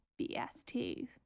BST